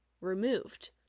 removed